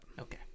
Okay